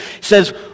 says